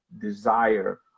desire